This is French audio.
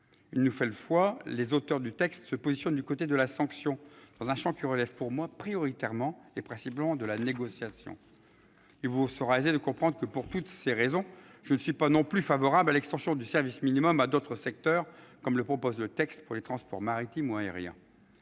Une nouvelle fois, les auteurs du texte se positionnent du côté de la sanction dans un champ qui relève, selon moi, prioritairement et principalement de la négociation. Il vous sera aisé de comprendre que, pour toutes ces raisons, je ne suis pas non plus favorable à l'extension du service minimum à d'autres secteurs, comme le prévoit le texte pour les transports maritime ou aérien.